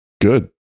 Good